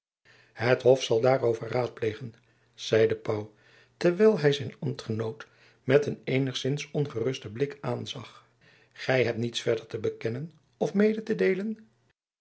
het hof zal daarover raadplegen zeide pauw terwijl hy zijn ambtgenoot met een eenigzins ongerusten blik aanzag gy hebt niets verder te bekennen of mede te deelen